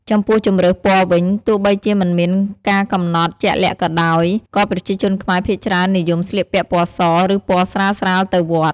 ចំពោះជម្រើសពណ៌វិញ ទោះបីជាមិនមានការកំណត់ជាក់លាក់ក៏ដោយ ក៏ប្រជាជនខ្មែរភាគច្រើននិយមស្លៀកពាក់ពណ៌ស ឬពណ៌ស្រាលៗទៅវត្ត។